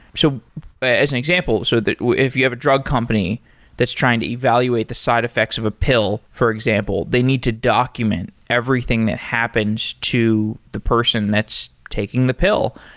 so as an example, so that if you have a drug company that's trying to evaluate the side effects of a pill for example, they need to document everything that happens to the person that's taking the pill.